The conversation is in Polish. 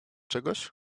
czegoś